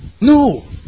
No